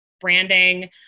branding